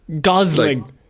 Gosling